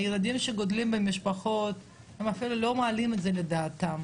הילדים שגדלים במשפחות הם אפילו לא מעלים את זה על דעתם,